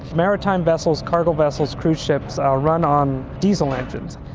maritime vessels, cargo vessels, cruise ships are run on diesel engines,